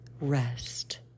Rest